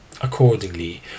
Accordingly